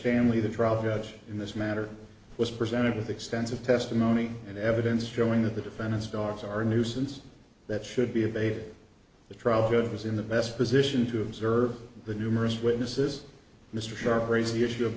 stanley the drug judge in this matter was presented with extensive testimony and evidence showing that the defendant's dogs are a nuisance that should be abated the trial good was in the best position to observe the numerous witnesses mr sharp raised the issue of